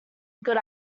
good